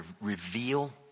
reveal